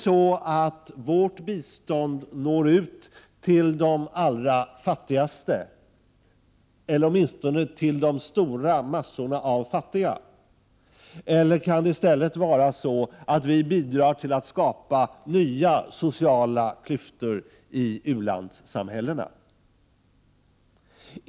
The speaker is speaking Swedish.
Når vårt bistånd ut till de allra fattigaste, eller åtminstone till de stora massorna av fattiga, eller bidrar det till att skapa nya sociala klyftor i u-landssamhällena?